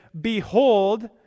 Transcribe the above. Behold